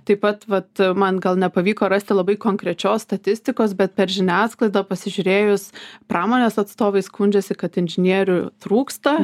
taip pat vat man gal nepavyko rasti labai konkrečios statistikos bet per žiniasklaidą pasižiūrėjus pramonės atstovai skundžiasi kad inžinierių trūksta